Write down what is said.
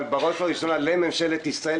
אבל בראש ובראשונה לממשלת ישראל,